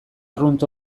arrunt